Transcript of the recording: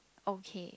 okay